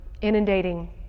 inundating